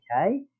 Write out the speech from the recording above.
Okay